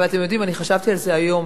אבל אתם יודעים, אני חשבתי על זה היום.